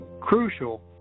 crucial